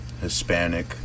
Hispanic